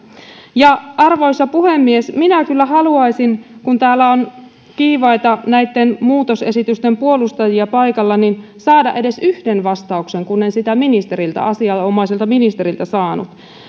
arvoisa puhemies minä kyllä haluaisin kun täällä on kiivaita muutosesityksen puolustajia paikalla saada edes yhden vastauksen kun en sitä asianomaiselta ministeriltä saanut